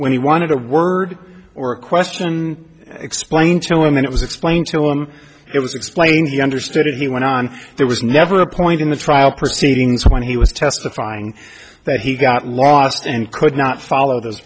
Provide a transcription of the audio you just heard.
when he wanted a word or a question explained to him and it was explained to him it was explained he understood it he went on there was never a point in the trial proceedings when he was testifying that he got lost and could not follow those